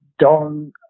Don